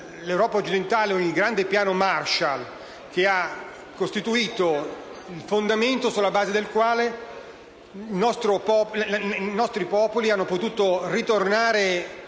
nell'Europa occidentale il grande Piano Marshall ha costituito un fondamento sulla base del quale i nostri popoli hanno potuto ritornare